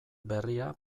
berria